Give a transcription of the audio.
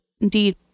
Indeed